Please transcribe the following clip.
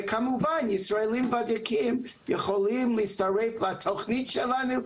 וכמובן ישראלים ותיקים יכולים להצטרף לתוכנית שלנו,